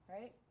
right